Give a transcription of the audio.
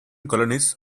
colonists